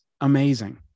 amazing